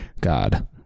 God